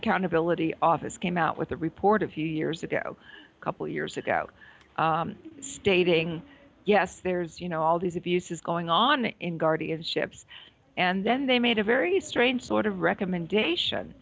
accountability office came out with a report a few years ago a couple of years ago stating yes there's you know all these abuses going on in guardianships and then they made a very strange sort of recommendation